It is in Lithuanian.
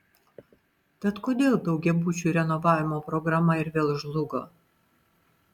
tad kodėl daugiabučių renovavimo programa ir vėl žlugo